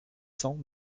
cents